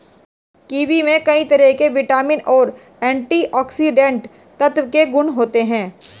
kiwi में कई तरह के विटामिन और एंटीऑक्सीडेंट तत्व के गुण होते है